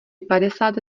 padesát